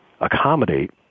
accommodate